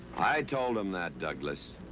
i told them that, douglas.